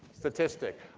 statistic.